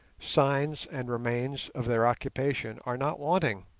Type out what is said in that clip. signs and remains of their occupation are not wanting.